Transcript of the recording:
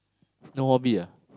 no hobby ah